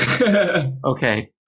Okay